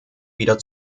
wieder